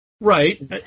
Right